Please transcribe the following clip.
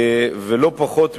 ולא פחות ממנו,